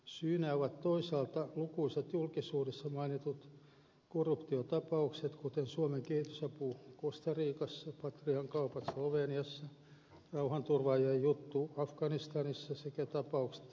syynä ovat toisaalta lukuisat julkisuudessa mainitut korruptiotapaukset kuten suomen kehitysapu costa ricassa patrian kaupat sloveniassa rauhanturvaajien juttu afganistanissa sekä ta paukset merenkulkuhallituksessa ja destiassa